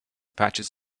patches